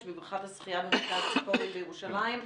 בבריכת השחייה במרכז ציפורי בירושלים,